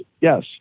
yes